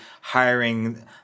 hiring